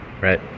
Right